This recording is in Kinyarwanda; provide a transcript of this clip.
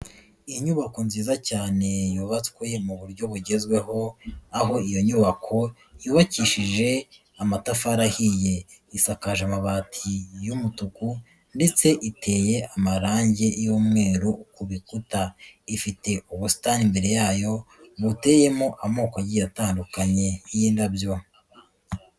Inyubako nziza cyane yubatswe mu buryo bugezweho, aho iyo nyubako yubakishije amatafari ahiye, isakaje amabati y'umutuku ndetse iteye amarangi y'umweru ku bikuta. Ifite ubusitani imbere yayo, buteyemo amoko agiye atandukanye y'indabyo.